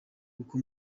kuko